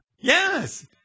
Yes